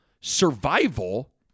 survival